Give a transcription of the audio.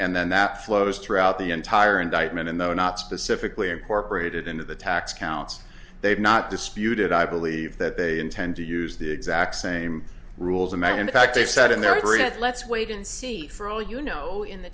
and then that flows throughout the entire indictment and though not specifically import rated into the tax counts they've not disputed i believe that they intend to use the exact same rules and attack they said in their it let's wait and see for all you know in the